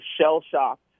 shell-shocked